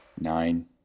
Nine